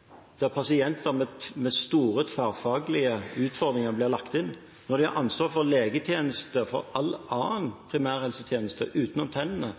akuttsenger, der pasienter med store tverrfaglige utfordringer blir lagt inn, når de har ansvar for legetjenester for all annen primærhelsetjeneste utenom tennene,